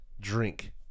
drink